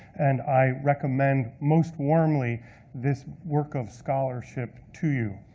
and i recommend most warmly this work of scholarship to you.